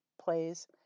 plays